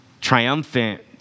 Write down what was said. triumphant